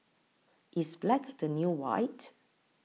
is black the new white